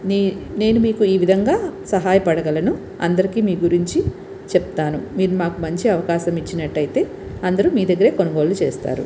నే నేను మీకు ఈ విధంగా సహాయపడగలను అందరికీ మీ గురించి చెప్తాను మీరు మాకు మంచి అవకాశం ఇచ్చినట్టయితే అందరూ మీ దగ్గరే కొనుగోలు చేస్తారు